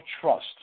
trust